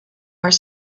were